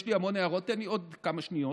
תן לי עוד כמה שניות.